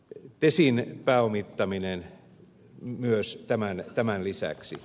tesin pääomittaminen myös tämän lisäksi